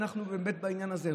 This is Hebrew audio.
בעניין הזה,